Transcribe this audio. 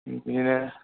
बिदिनो